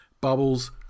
bubbles